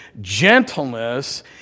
gentleness